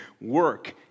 work